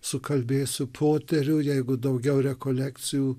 sukalbėsiu poterių jeigu daugiau rekolekcijų